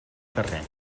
carrer